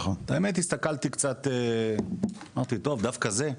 באמת הסתכלתי קצת, אמרתי טוב, דווקא זה?